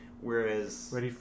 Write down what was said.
whereas